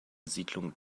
siedlung